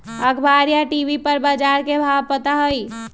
अखबार या टी.वी पर बजार के भाव पता होई?